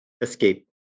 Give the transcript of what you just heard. escape